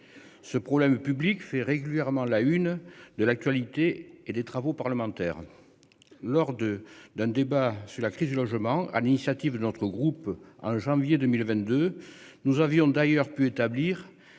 Ce problème public fait régulièrement la une de l'actualité et des travaux parlementaires. Lors de, d'un débat sur la crise du logement à l'initiative de notre groupe en janvier 2022, nous avions d'ailleurs pu établir